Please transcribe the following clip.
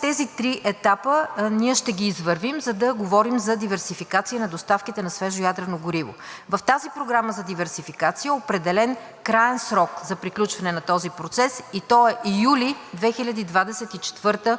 Тези три етапа ние ще ги извървим, за да говорим за диверсификация на доставките на свежо ядрено гориво. В тази програма на диверсификация е определен краен срок за приключване на този процес и той е юли 2024